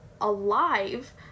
alive